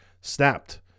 snapped